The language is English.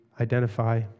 identify